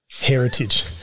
heritage